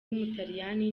w’umutaliyani